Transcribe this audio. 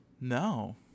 No